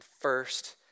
first